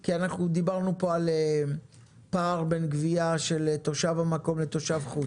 כי אנחנו דיברנו פה על פער בין גבייה של תושב המקום לתושב חוץ.